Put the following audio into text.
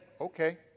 okay